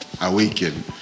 awaken